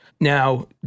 Now